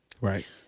Right